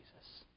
Jesus